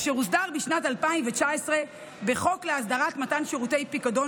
אשר הוסדר בשנת 2019 בחוק להסדרת מתן שירותי פיקדון